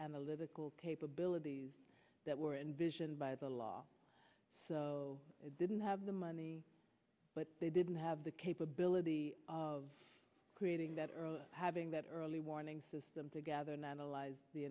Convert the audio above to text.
analytical capabilities that were envisioned by the law didn't have the money but they didn't have the capability of creating that early having that early warning system to gather